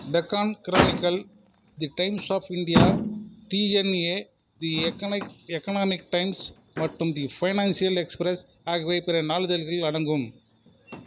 Deccan chronicle the Times of India DNA the எகனா economic times மற்றும் the financial express ஆகியவை பிற நாளிதழ்களில் அடங்கும்